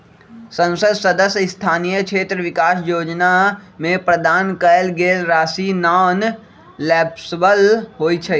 संसद सदस्य स्थानीय क्षेत्र विकास जोजना में प्रदान कएल गेल राशि नॉन लैप्सबल होइ छइ